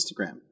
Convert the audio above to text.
Instagram